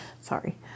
Sorry